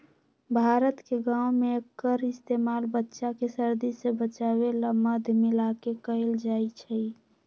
भारत के गाँव में एक्कर इस्तेमाल बच्चा के सर्दी से बचावे ला मध मिलाके कएल जाई छई